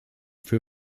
für